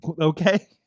okay